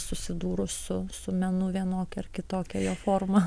susidūrus su su menu vienokia ar kitokia jo forma